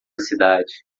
cidade